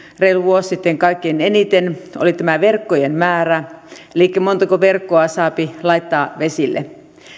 reilu vuosi sitten kaikkein eniten se on tämä verkkojen määrä elikkä se montako verkkoa saapi laittaa vesille